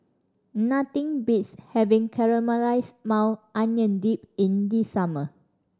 nothing beats having Caramelized Maui Onion Dip in summer